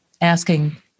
asking